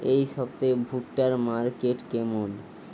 এই সপ্তাহে ভুট্টার মার্কেট কেমন?